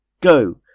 Go